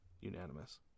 unanimous